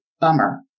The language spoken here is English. bummer